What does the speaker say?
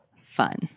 fun